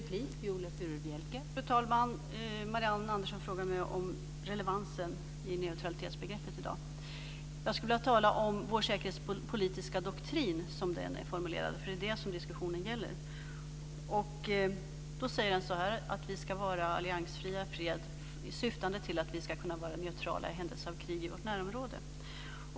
Fru talman! Marianne Andersson frågar mig om relevansen vad gäller det nya neutralitetsbegreppet i dag. Jag skulle vilja tala om vår säkerhetspolitiska doktrin så som denna är formulerad, för det är detta som diskussionen gäller: Vi ska vara alliansfria i fred syftande till att vi ska kunna vara neutrala i händelse av krig i vårt närområde.